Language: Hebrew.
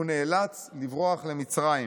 והוא נאלץ לברוח למצרים.